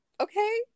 okay